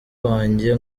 wanjye